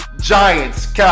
Giants